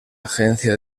agencia